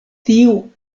tiu